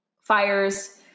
fires